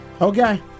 Okay